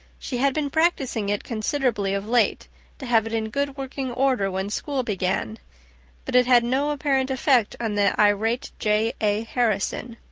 she had been practicing it considerably of late to have it in good working order when school began but it had no apparent effect on the irate j. a. harrison.